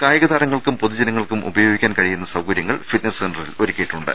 കായിക ്താരങ്ങൾക്കും പൊതുജനങ്ങൾക്കും ഉപയോഗിക്കാൻ കഴിയുന്ന സൌകരൃങ്ങൾ ഫിറ്റ്നെസ് സെന്ററിൽ ഒരുക്കിയിട്ടുണ്ട്